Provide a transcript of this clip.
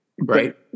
right